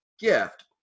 gift